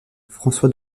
françois